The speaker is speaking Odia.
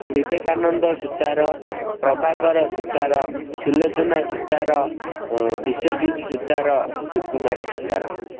ବିବେକାନନ୍ଦ ସୂତାର ପ୍ରଭାକର ସୂତାର ସୁଲୋଚନା ସୂତାର ବିଶ୍ୱଜିତ୍ ସୂତାର ସୁକୁମାରୀ ସୂତାର